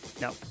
No